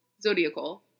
zodiacal